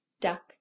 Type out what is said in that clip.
Duck